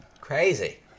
crazy